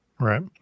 Right